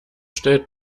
stellt